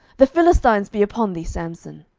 the philistines be upon thee, samson.